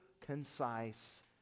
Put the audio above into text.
concise